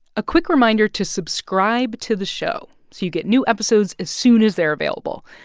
a quick reminder to subscribe to the show so you get new episodes as soon as they're available.